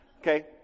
okay